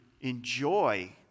enjoy